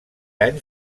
any